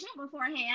beforehand